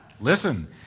Listen